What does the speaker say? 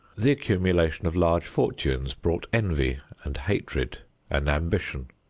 the accumulation of large fortunes brought envy and hatred and ambition.